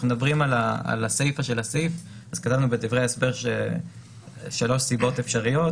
כשמדברים על הסיפא של הסעיף אז כתבנו בדברי ההסבר שלוש סיבות אפשריות,